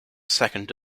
second